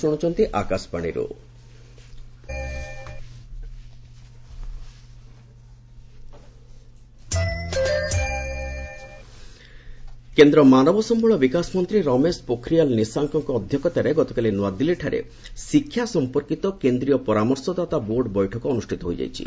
HRD board of education କେନ୍ଦ୍ର ମାନବ ସମ୍ଭଳ ବିକାଶ ମନ୍ତ୍ରୀ ରମେଶ ପୋଖରିଆଲ ନିଶାଙ୍କ ଙ୍କ ଅଧ୍ୟକ୍ଷତାରେ ଗତକାଲି ନୂଆଦିଲ୍ଲୀଠାରେ ଶିକ୍ଷା ସମ୍ପର୍କୀତ କେନ୍ଦ୍ରୀୟ ପରାମର୍ଶଦାତା ବୋର୍ଡ ବୈଠକ ଅନୁଷ୍ଠିତ ହୋଇଯାଇଛି